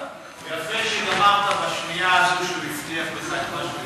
יפה שגמרת בשנייה שהוא הבטיח לך את מה שהוא הבטיח.